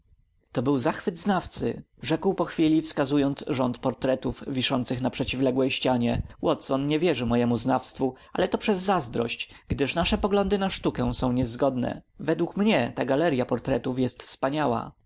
to był zachwyt znawcy rzekł po chwili wskazując rząd portretów wiszących na przeciwległej ścianie watson nie wierzy mojemu znawstwu ale to przez zazdrość gdyż nasze poglądy na sztukę są niezgodne według mnie ta galerya portretów jest wspaniała